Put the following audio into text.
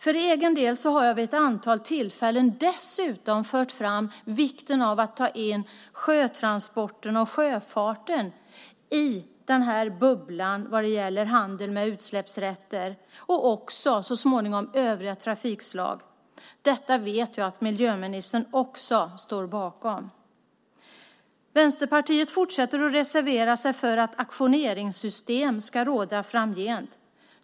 För egen del har jag vid ett antal tillfällen dessutom fört fram vikten av att ta in sjötransporter och sjöfarten i bubblan vad gäller handel med utsläppsrätter och också så småningom övriga trafikslag. Detta vet jag att miljöministern också står bakom. Vänsterpartiet fortsätter att reservera sig för att auktioneringssystem ska råda framgent.